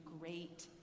great